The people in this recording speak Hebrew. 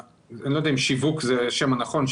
אני לא יודע אם שיווק הוא השם הנכון.